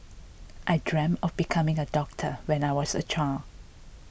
I dreamt of becoming a doctor when I was a child